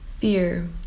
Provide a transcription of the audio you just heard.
Fear